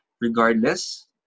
Regardless